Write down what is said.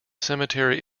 cemetery